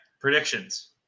Predictions